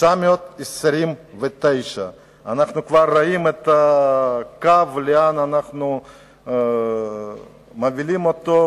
היה 929. אנחנו כבר רואים לאן אנחנו מובילים את הקו,